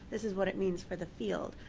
this is what it means for the field.